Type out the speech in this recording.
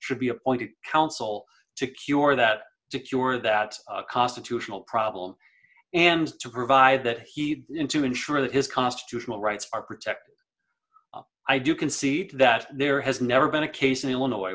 should be appointed counsel to cure that to cure that constitutional problem and to provide that he'd in to ensure that his constitutional rights are protected i do concede that there has never been a case in illinois